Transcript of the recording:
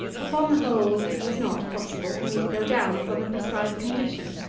upon the whole, it was not possible for me to go down upon the prescribed condition.